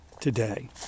today